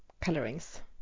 colorings